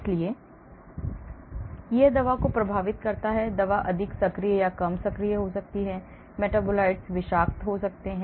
इसलिए यह दवा को प्रभावित करता है दवा अधिक सक्रिय या कम सक्रिय हो सकती है मेटाबोलाइट्स विषाक्त हो सकते हैं